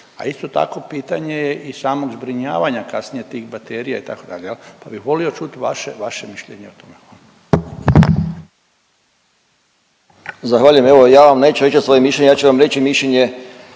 a isto tako pitanje je i samog zbrinjavanja kasnije tih baterija itd., pa bih volio čuti vaše mišljenje o tome. Hvala. **Pavić, Željko (Socijaldemokrati)** Zahvaljujem. Evo ja vam neću reći svoje mišljenje, ja ću vam reći mišljenje